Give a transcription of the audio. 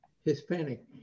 Hispanic